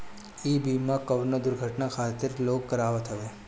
इ बीमा कवनो दुर्घटना खातिर लोग करावत हवे